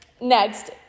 Next